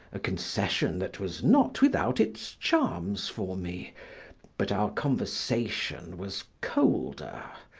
a concession that was not without its charms for me but our conversation was colder,